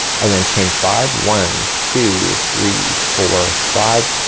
and then chain five. one two three four five.